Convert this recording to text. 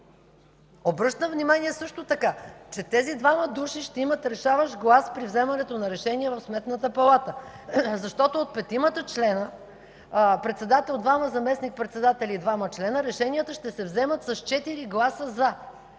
Обръщам внимание също така, че тези двама души ще имат решаващ глас при вземането на решения в Сметната палата, защото от петимата члена – председател, двама заместник-председатели и двама члена, решенията ще се вземат с четири гласа „за”,